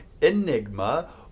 Enigma